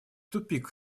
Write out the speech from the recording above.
тупик